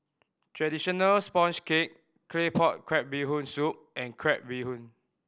traditional sponge cake Claypot Crab Bee Hoon Soup and crab bee hoon